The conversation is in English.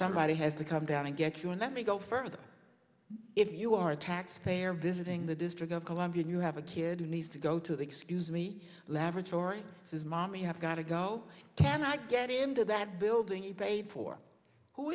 somebody has to come down and get you and let me go further if you are a taxpayer visiting the district of columbia and you have a kid who needs to go to the excuse me laboratory says mommy has got to go can i get into that building you pay for who